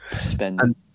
spend